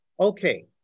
Okay